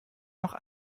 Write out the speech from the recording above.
noch